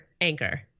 anchor